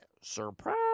surprise